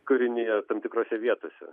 kūrinyje tam tikrose vietose